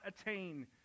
attain